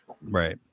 Right